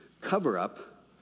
cover-up